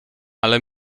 ale